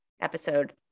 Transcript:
episode